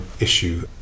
issue